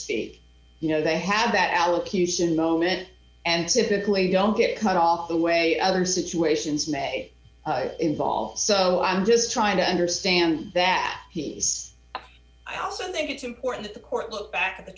see you know they had that allocution moment and typically don't get cut off the way other situations may involve so i'm just trying to understand that he's i also think it's important that the court look back at the